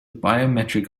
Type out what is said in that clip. biometric